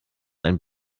einen